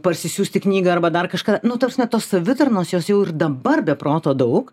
parsisiųsti knygą arba dar kažką nu ta prasme tos savitarnos jos jau ir dabar be proto daug